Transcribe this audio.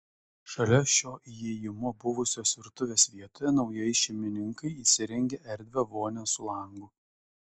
šalia šio įėjimo buvusios virtuvės vietoje naujieji šeimininkai įsirengė erdvią vonią su langu